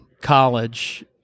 college